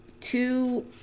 two